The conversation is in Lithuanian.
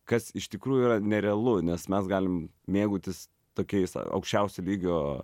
kas iš tikrųjų yra nerealu nes mes galim mėgautis tokiais aukščiausio lygio